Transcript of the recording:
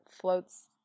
floats